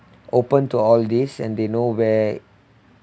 open to all this and they know where